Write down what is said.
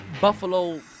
Buffalo